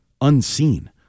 unseen